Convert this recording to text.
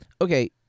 okay